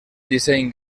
disseny